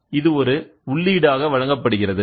இது ஒரு உள்ளீடாக வழங்கப்படுகிறது